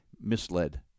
misled